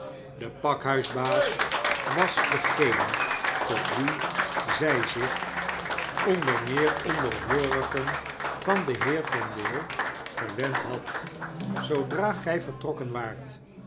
de pakhuisbaas was degene totwien zy zich onder meer onderhoorigen van den heer vendale gewend had zoodra gij vertrokken waart